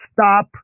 stop